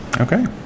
Okay